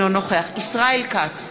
אינו נוכח ישראל כץ,